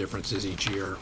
differences each year